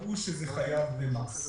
קבעו שזה חייב במס.